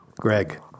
Greg